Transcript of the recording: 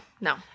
No